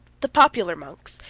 the popular monks,